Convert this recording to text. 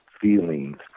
feelings